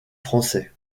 français